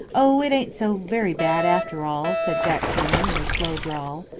oh, it ain't so very bad after all! said jack penny, in his slow drawl.